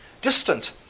distant